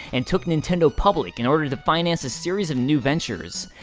and took nintendo public in order to finance a series of new ventures.